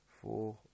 Four